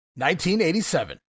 1987